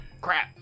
crap